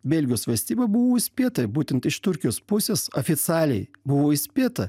belgijos valstybė buvo įspėta būtent iš turkijos pusės oficialiai buvo įspėta